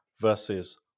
versus